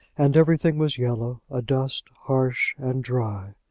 and everything was yellow, adust, harsh, and dry.